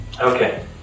Okay